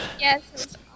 yes